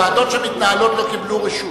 הוועדות שמתנהלות לא קיבלו רשות.